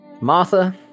Martha